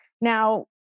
Now